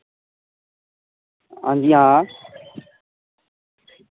हांजी हां